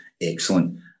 excellent